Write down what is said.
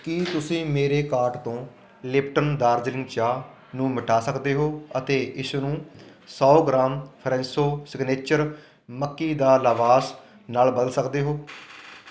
ਕੀ ਤੁਸੀਂ ਮੇਰੇ ਕਾਰਟ ਤੋਂ ਲਿਪਟਨ ਦਾਰਜਲਿੰਗ ਚਾਹ ਨੂੰ ਮਿਟਾ ਸਕਦੇ ਹੋ ਅਤੇ ਇਸਨੂੰ ਸੌ ਗ੍ਰਾਮ ਫਰੈਂਸੋ ਸਿਗਨੇਚਰ ਮੱਕੀ ਦਾ ਲਾਵਾਸ ਨਾਲ ਬਦਲ ਸਕਦੇ ਹੋ